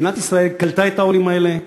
מדינת ישראל קלטה את העולים האלה,